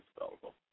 available